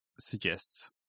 suggests